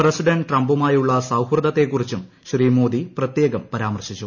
president ട്രംപുമായുള്ള സൌഹൃദത്തെ കുറിച്ചും ശ്രീ മോദി പ്രത്യേകം പരാമർശിച്ചു